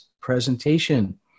presentation